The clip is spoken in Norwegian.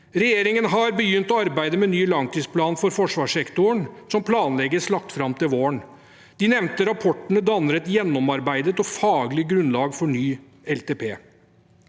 Regjeringen har begynt arbeidet med ny langtidsplan for forsvarssektoren, og denne planlegges lagt fram til våren. De nevnte rapportene danner et gjennomarbeidet og faglig grunnlag for ny